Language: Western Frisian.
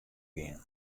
gean